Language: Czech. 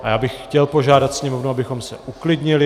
A já bych chtěl požádat sněmovnu, abychom se uklidnili.